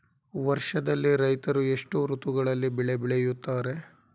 ವರ್ಷದಲ್ಲಿ ರೈತರು ಎಷ್ಟು ಋತುಗಳಲ್ಲಿ ಬೆಳೆ ಬೆಳೆಯುತ್ತಾರೆ?